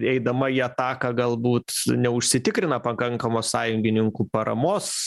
eidama į ataką galbūt neužsitikrina pakankamos sąjungininkų paramos